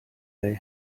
they